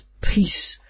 peace